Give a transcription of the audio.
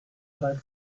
like